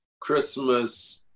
Christmas